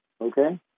Okay